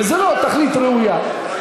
וזה לא תכלית ראויה.